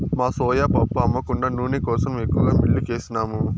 మా సోయా పప్పు అమ్మ కుండా నూనె కోసరం ఎక్కువగా మిల్లుకేసినాము